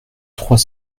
trois